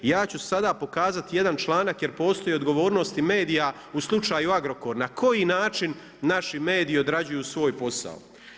Ja ću sada pokazati jedan članak jer postoji i odgovornost medija u slučaju Agrokor, na koji način naši mediji odrađuju svoj posao.